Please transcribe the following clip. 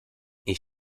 ich